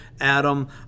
Adam